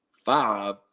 five